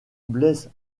blesse